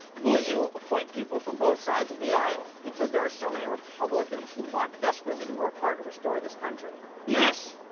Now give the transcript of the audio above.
will you appoint people from both sides of the aisle? because there are so many republicans who want desperately to work hard to restore this country. yes.